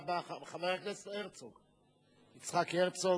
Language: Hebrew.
חבר הכנסת הרצוג, יצחק הרצוג.